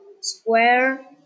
square